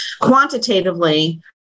quantitatively